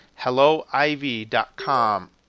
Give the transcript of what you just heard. helloivy.com